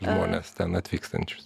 žmones ten atvykstančius